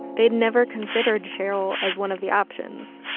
they'd never considered cheryl as one of the options.